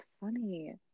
funny